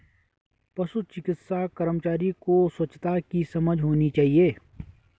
पशु चिकित्सा कर्मचारी को स्वच्छता की समझ होनी चाहिए